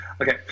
Okay